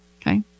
Okay